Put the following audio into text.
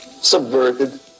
subverted